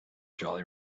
jolly